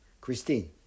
Christine